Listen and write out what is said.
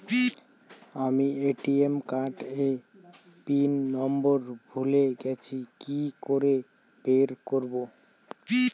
আমি ATM card এর PIN number ভুলে গেছি কি করে বের করব?